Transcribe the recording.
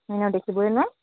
এনেও দেখিবই নোৱাৰে